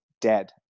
dead